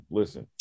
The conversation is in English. listen